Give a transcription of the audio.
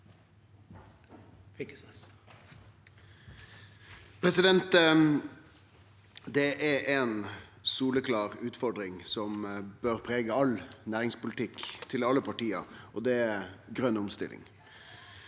Fylkesnes (SV) Det er ei soleklar utfordring som bør prege all næringspolitikk til alle partia, og det er grøn omstilling.